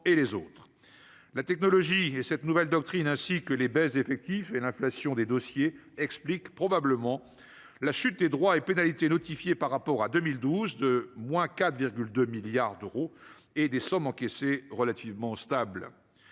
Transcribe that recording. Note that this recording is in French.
la technologie et cette nouvelle doctrine ainsi que les baisses d'effectifs et l'inflation des dossiers explique probablement la chute des droits et pénalités notifié par rapport à 2012 de moins 4 2 milliards d'euros et des sommes encaissées relativement stable,